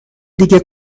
دیگه